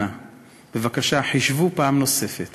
אנא, בבקשה, חשבו פעם נוספת